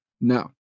no